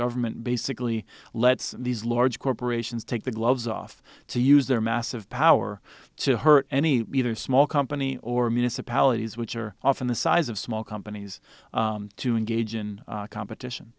government basically lets these large corporations take the gloves off to use their massive power to hurt any other small company or municipalities which are often the size of small companies to engage in competition